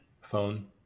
phone